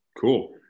Cool